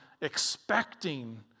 expecting